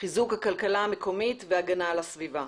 חיזוק הכלכלה המקומית והגנה על הסביבה.